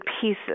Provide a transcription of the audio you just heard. pieces